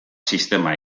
sistema